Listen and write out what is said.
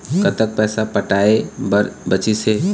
कतक पैसा पटाए बर बचीस हे?